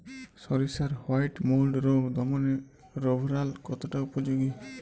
সরিষার white mould রোগ দমনে রোভরাল কতটা উপযোগী?